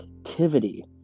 activity